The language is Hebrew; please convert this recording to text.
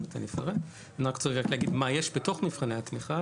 אני רק רוצה להגיד מה יש בתוך מבחני התמיכה.